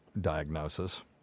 diagnosis